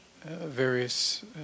various